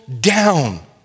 down